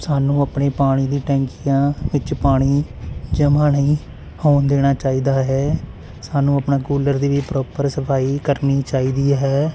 ਸਾਨੂੰ ਆਪਣੇ ਪਾਣੀ ਦੀ ਟੈਂਕੀਆਂ ਵਿੱਚ ਪਾਣੀ ਜਮ੍ਹਾਂ ਨਹੀਂ ਹੋਣ ਦੇਣਾ ਚਾਹੀਦਾ ਹੈ ਸਾਨੂੰ ਆਪਣਾ ਕੂਲਰ ਦੀ ਵੀ ਪ੍ਰੋਪਰ ਸਫਾਈ ਕਰਨੀ ਚਾਹੀਦੀ ਹੈ